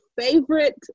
favorite